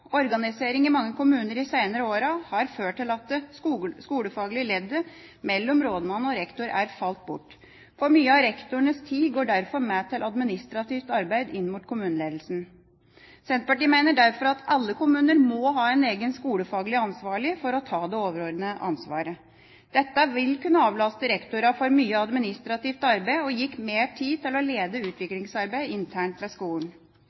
Organisering i mange kommuner de seinere åra har ført til at det skolefaglige leddet mellom rådmannen og rektor er falt bort. For mye av rektorenes tid går derfor med til administrativt arbeid inn mot kommuneledelsen. Senterpartiet mener derfor at alle kommuner må ha en egen skolefaglig ansvarlig for å ta det overordnede ansvaret. Dette vil kunne avlaste rektorene for mye administrativt arbeid og gi mer tid til å lede utviklingsarbeidet internt ved skolen.